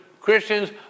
Christians